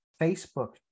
Facebook